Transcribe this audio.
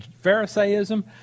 Pharisaism